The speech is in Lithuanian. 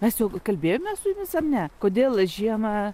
mes jau kalbėjome su jumis ar ne kodėl žiemą